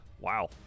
Wow